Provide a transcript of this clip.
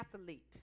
athlete